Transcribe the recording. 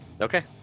Okay